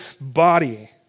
body